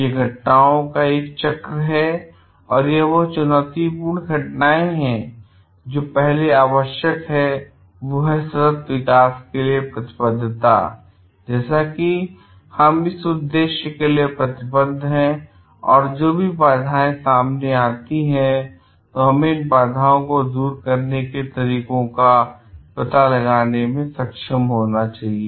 ये घटनाओं का एक चक्र है और यह चुनौतीपूर्ण घटनाएं हैं लेकिन पहले जो आवश्यक है वह है सतत विकास के लिए प्रतिबद्धता जैसे कि हम इस उद्देश्य के लिए प्रतिबद्ध हैं और जो भी बाधाएं सामने आती है तो हमें इन बाधाओं को दूर करने के तरीकों का पता लगाने में सक्षम होना चाहिए